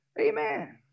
amen